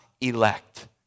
elect